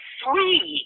three